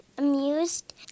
Amused